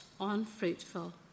unfruitful